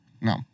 no